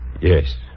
Yes